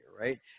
right